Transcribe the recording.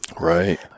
Right